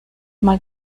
mal